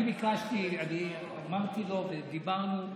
אני אמרתי לו ודיברנו,